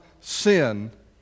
sin